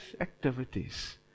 activities